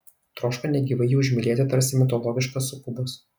troško negyvai jį užmylėti tarsi mitologiškas sukubas